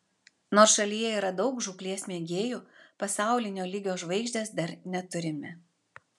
nors šalyje yra daug žūklės mėgėjų pasaulinio lygio žvaigždės dar neturime